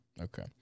Okay